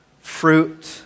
fruit